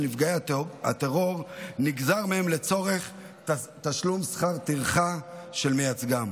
נפגעי הטרור נגזר מהם לצורך תשלום שכר הטרחה של מייצגם.